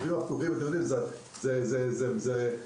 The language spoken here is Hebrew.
צריך לזכור,